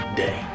day